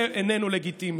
זה איננו לגיטימי.